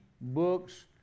books